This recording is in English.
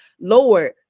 Lord